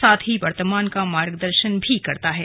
साथ ही वर्तमान का मार्गदर्शन करता है